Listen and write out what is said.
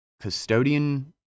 custodian